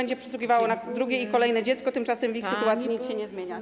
będzie przysługiwało na drugie i kolejne dziecko, tymczasem w ich sytuacji nic się nie zmienia.